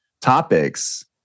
topics